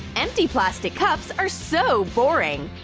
empty plastic cups are so boring.